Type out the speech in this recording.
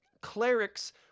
cleric's